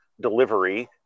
Delivery